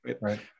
right